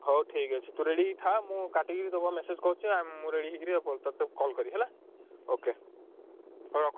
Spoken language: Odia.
ହଉ ଠିକ ଅଛି ତୁ ରେଡ଼ି ହେଇ ଥାଆ ମୁଁ କାଟିକିରି ତୋ ପାଖକୁ ମେସେଜ୍ କରୁଛି ଆଉ ମୁଁ ରେଡ଼ି ହେଇକିରି ତୋତେ କଲ୍ କରିବି ହେଲା ଓକେ ହଉ ରଖୁଛି